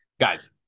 guys